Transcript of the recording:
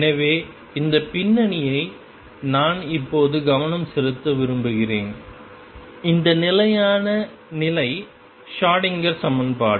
எனவே இந்த பின்னணியை நான் இப்போது கவனம் செலுத்த விரும்புகிறேன் இந்த நிலையான நிலை ஷ்ரோடிங்கர் Schrödinger சமன்பாடு